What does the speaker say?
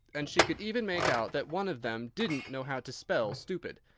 and she could even make out that one of them didn't know how to spell stupid,